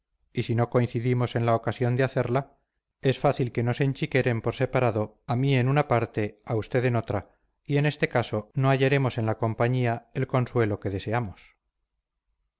y si no coincidimos en la ocasión de hacerla es fácil que nos enchiqueren por separado a mí en una parte a usted en otra y en este caso no hallaremos en la compañía el consuelo que deseamos